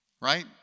Right